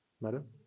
Madam